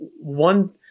one